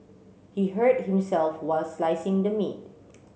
he hurt himself while slicing the meat